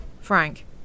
Frank